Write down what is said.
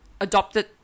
adopted